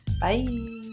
Bye